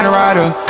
rider